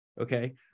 Okay